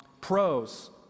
Pros